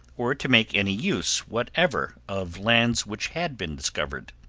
or to make any use whatever of lands which had been discovered.